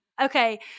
Okay